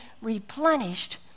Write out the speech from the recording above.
replenished